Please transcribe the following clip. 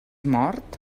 mort